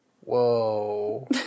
Whoa